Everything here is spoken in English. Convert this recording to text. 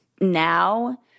now